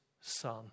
Son